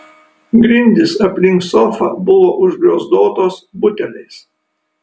grindys aplink sofą buvo užgriozdotos buteliais